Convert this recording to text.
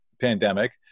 pandemic